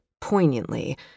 poignantly